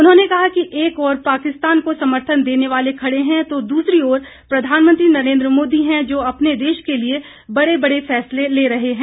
उन्होंने कहा कि एक ओर पाकिस्तान को समर्थन देने वाले खड़े हैं तो दूसरी ओर प्रधानमंत्री नरेंद्र मोदी है जो अपने देश के लिए बड़े बड़े फैसले ले रहे हैं